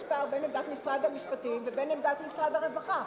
יש פער בין עמדת משרד המשפטים לבין עמדת משרד הרווחה.